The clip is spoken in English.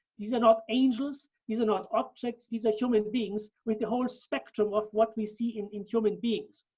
these are not angels, these are not objects, these are human beings, with the whole spectrum of what we see in in human beings!